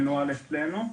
עדיין מנוהל אצלנו.